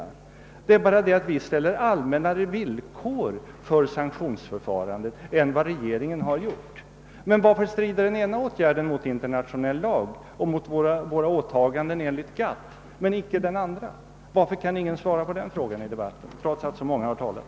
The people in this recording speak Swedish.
Det är bara det att vi ställer allmännare villkor för sanktionsförfarandet än vad regeringen har gjort. Men varför strider den ena åtgärden mot internationell lag och mot våra åtaganden enligt GATT men icke den andra? Varför kan ingen svara på den frågan i debatten trots att så många har talat?